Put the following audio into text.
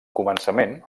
començament